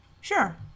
Sure